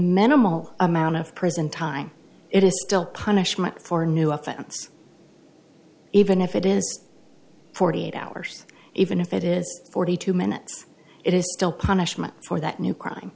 minimal amount of prison time it is still punishment for a new offense even if it is forty eight hours even if it is forty two minutes it is still punishment for that new crime